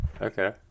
Okay